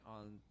on